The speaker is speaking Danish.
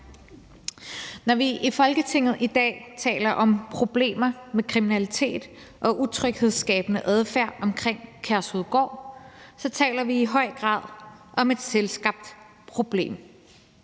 Når vi i Folketinget i dag taler om problemer med kriminalitet og utryghedsskabende adfærd omkring Kærshovedgård, taler vi i høj grad om et selvskabt problem